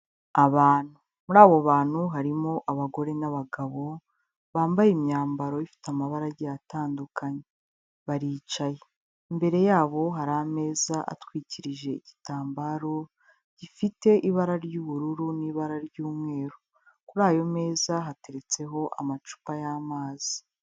Abantu, muri abo bantu harimo abagore n'abagabo, bambaye imyambaro ifite amabara agiye atandukanye baricaye. Imbere yabo hari ameza atwikirije igitambaro gifite ibara ry'ubururu n'ibara ry'umweru, kuri ayo meza hateretseho amacupa y'amazi.